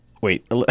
wait